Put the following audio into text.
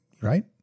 Right